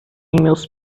meus